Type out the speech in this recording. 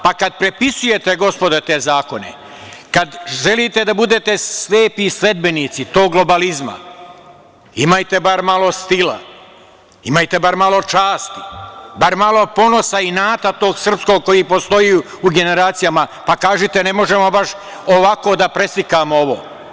Pa, kad prepisujete, gospodo, te zakone, kad želite da budete slepi sledbenici tog globalizma, imajte bar malo stila, imajte bar malo časti, bar malo ponosa i inata tog srpskog koji postoji u generacijama, pa kažite – ne možemo baš ovako da preslikamo ovo.